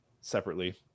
separately